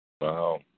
Wow